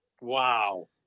Wow